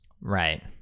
Right